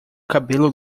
cabelo